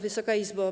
Wysoka Izbo!